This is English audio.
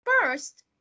first